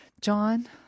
John